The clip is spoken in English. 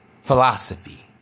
philosophy